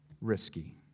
risky